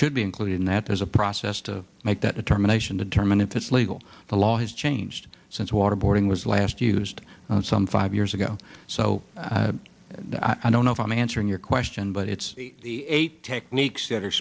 should be included in that there's a process to make that determination to determine if it's legal the law has changed since waterboarding was last used some five years ago so i don't know if i'm answering your question but it's a techniques that are